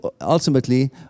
ultimately